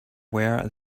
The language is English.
were